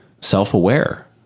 self-aware